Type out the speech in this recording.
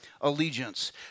allegiance